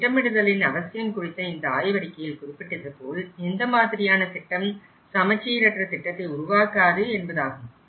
திட்டமிடுதலின் அவசியம் குறித்த இந்த ஆய்வறிக்கையில் குறிப்பிட்டதுபோல் எந்த மாதிரியான திட்டம் சமச்சீரற்ற திட்டத்தை உருவாக்காது என்பதாகும்